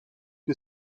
que